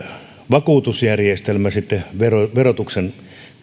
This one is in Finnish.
vakuutusjärjestelmä sitten verotuksen kautta saa tukea me